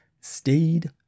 stayed